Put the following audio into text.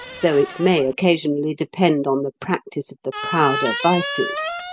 though it may occasionally depend on the practice of the prouder vices.